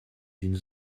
une